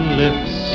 lips